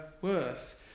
worth